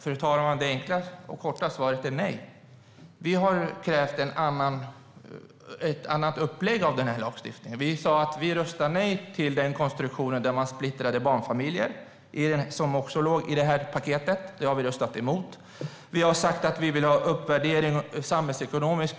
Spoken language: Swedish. Fru talman! Det enkla och korta svaret är nej. Vi har krävt ett annat upplägg av lagstiftningen. Vi sa att vi röstar nej till den konstruktion där man splittrade barnfamiljer, något som också låg i paketet. Det har vi röstat emot. Vi har sagt att vi vill ha samhällsekonomisk